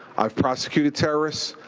i've prosecuted terrorists.